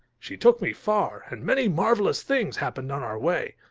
she took me far, and many marvelous things happened on our way.